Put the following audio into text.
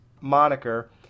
moniker